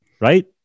Right